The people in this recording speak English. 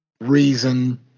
reason